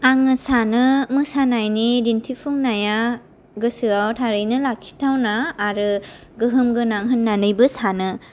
आङो सानो मोसानायनि दिन्थिफुंनाया गोसोआव थारैनो लाखिथावना आरो गोहोमगोनां होननानैबो सानो